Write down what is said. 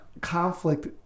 conflict